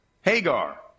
Hagar